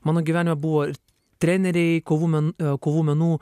mano gyvenime buvo ir treneriai kovų men kovų menų